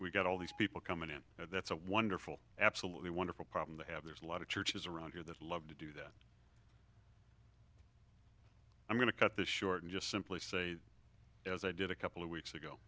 we've got all these people coming in and that's a wonderful absolutely wonderful problem to have there's a lot of churches around here that would love to do that i'm going to cut this short and just simply say as i did a couple of weeks ago